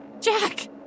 Jack